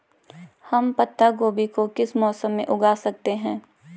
हम पत्ता गोभी को किस मौसम में उगा सकते हैं?